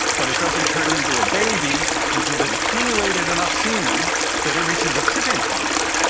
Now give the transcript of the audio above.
but it doesn't turn into a baby until they've accumulated enough semen that it reaches a tipping point,